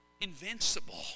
invincible